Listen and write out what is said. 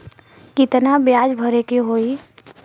कितना ब्याज भरे के होई?